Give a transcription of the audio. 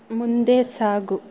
ಮುಂದೆ ಸಾಗು